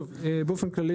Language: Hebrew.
באופן כללי,